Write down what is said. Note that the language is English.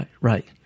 Right